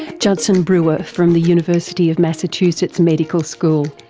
judson brewer, from the university of massachusetts medical school.